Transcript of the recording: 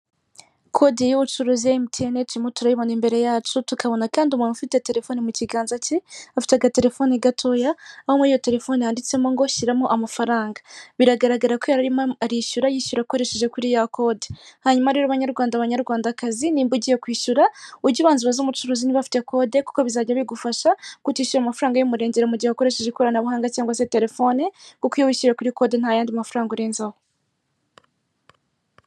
kode y'ubucuruzi ya Emutiyene turimo turayibona imbere yacu tukabona kandi umuntu ufite telefoni mu kiganza cye, afita aga telefoni gatoya aho muri iyo telefone yanditsemo ngo shyiramo amafaranga, biragaragara ko yararimo arishyura yishyura akoresheje kuri ya kore. Hanyuma rero banyarwanda banyarwandakazi nimba ugiye kwishyura ujye ubanza ubaze umucuruzi niba afite kode, kuko bizajya bigufasha kutishyura amafaranga y'umurengera mu gihe wakoresheje ikoranabuhanga cyangwa se telefone kuko iyo wishyuye kuri kode ntayandi mafaranga urenzaho.